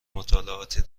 مطالعاتی